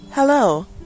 Hello